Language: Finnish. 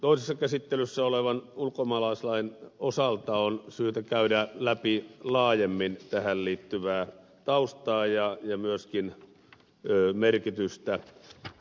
toisessa käsittelyssä olevan ulkomaalaislain osalta on syytä käydä läpi laajemmin tähän liittyvää taustaa ja myöskin merkitystä